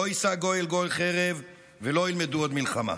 לא ישא גוי אל גוי חרב ולא ילמדו עוד מלחמה".